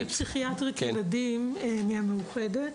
אני פסיכיאטרית ילדים מהמאוחדת.